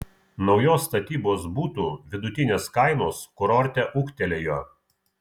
naujos statybos butų vidutinės kainos kurorte ūgtelėjo